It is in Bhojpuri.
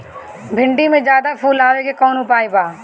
भिन्डी में ज्यादा फुल आवे के कौन उपाय बा?